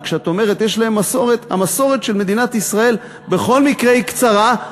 וכשאת אומרת "יש להם מסורת" המסורת של מדינת ישראל בכל מקרה היא קצרה,